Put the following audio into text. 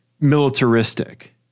militaristic